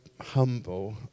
humble